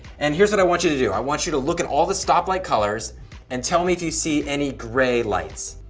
and here's what i want you to do. i want you to look at all the stoplight colors and tell me if you see any gray lights,